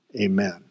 Amen